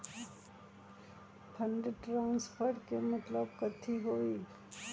Fund transfer के मतलब कथी होई?